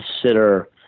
consider